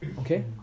okay